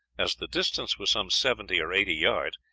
as the distance was some seventy or eighty yards,